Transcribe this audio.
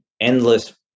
endless